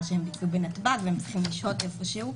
שהם ביצעו בנתב"ג והם צריכים לשהות איפשהו.